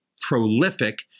prolific